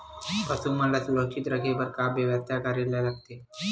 पशु मन ल सुरक्षित रखे बर का बेवस्था करेला लगथे?